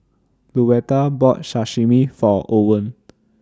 Luetta bought Sashimi For Owen